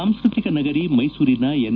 ಸಾಂಸ್ಕೃತಿಕ ನಗರಿ ಮ್ನೆಸೂರಿನ ಎನ್